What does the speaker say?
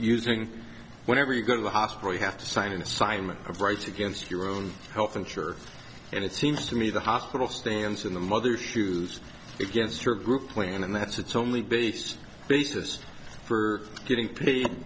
using whenever you go to the hospital you have to sign an assignment of rights against your own health insurer and it seems to me the hospital stands in the mother's shoes against your group plan and that's it's only based basis for getting paid